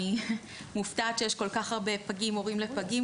אני מופתעת שיש פה כל כך הרבה הורים לפגים.